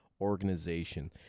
organization